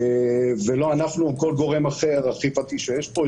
לא אנחנו ולא כל גורם אחר אכיפתי שיש פה.